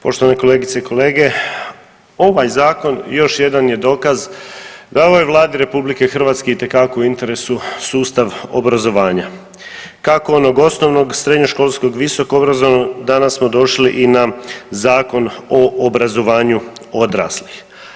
Poštovane kolegice i kolege, ovaj zakon još jedan je dokaz da je ovoj Vladi RH itekako u interesu sustav obrazovanja kako onog osnovnog, srednjoškolskog, visoko obrazovnog danas smo došli i na Zakon o obrazovanju odraslih.